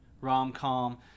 rom-com